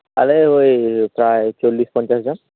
ᱟᱞᱮ ᱳᱭ ᱯᱨᱟᱭ ᱯᱳᱱᱜᱮᱞ ᱢᱚᱬᱮᱜᱮᱞ ᱡᱚᱱᱟ